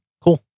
Cool